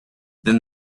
then